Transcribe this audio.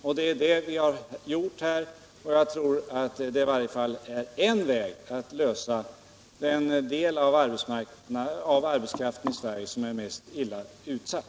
Det är vad vi har gjort här och det är i alla fall den del av arbetskraften som är mest illa utsatt.